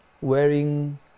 wearing